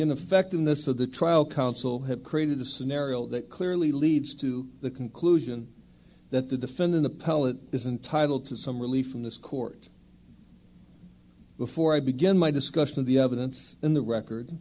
in effect in this of the trial counsel have created a scenario that clearly leads to the conclusion that the defendant appellant isn't titled to some relief from this court before i begin my discussion of the evidence in the record